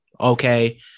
okay